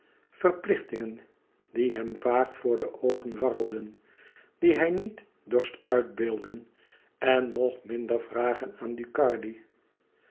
verplichtingen die hem vaag voor oogen warrelden die hij niet dorst uitbeelden en nog minder vragen aan ducardi